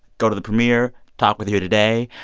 go to the premiere, talk with you today.